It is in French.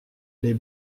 les